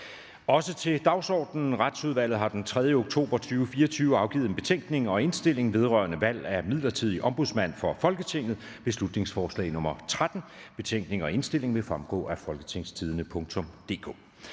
(jf. ovenfor). Retsudvalget har den 3. oktober 2024 afgivet: Betænkning og indstilling vedrørende valg af midlertidig ombudsmand for Folketinget. (Beslutningsforslag nr. B 13). Betænkningen og indstillingen vil fremgå af www.folketingstidende.dk.